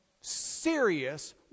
serious